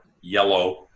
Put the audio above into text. yellow